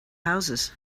houses